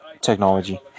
Technology